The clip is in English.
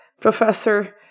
professor